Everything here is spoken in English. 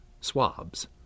swabs